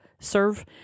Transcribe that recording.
serve